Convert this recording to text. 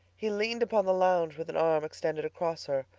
he leaned upon the lounge with an arm extended across her,